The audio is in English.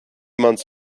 months